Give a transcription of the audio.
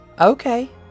Okay